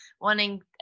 wanting